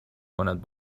کند